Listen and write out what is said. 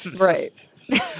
right